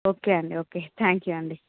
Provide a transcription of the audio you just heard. okay అండి okay thank you అండి